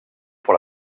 pour